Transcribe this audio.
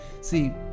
See